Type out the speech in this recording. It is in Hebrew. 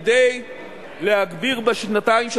כדי להגביר מאוד בשנתיים,